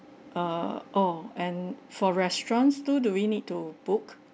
err oh and for restaurants too do we need to book